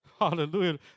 Hallelujah